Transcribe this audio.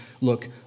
look